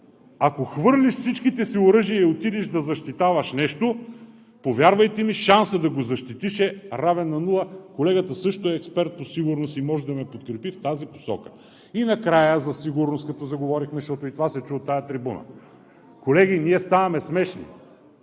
ако хвърлиш всичките си оръжия и отидеш да защитаваш нещо, повярвайте ми, шансът да го защитиш е равен на нула. Колегата също е експерт по сигурност и може да ме подкрепи в тази посока. И накрая, като заговорихме за сигурност, защото и това се чу от тази трибуна, колеги, ставаме смешни.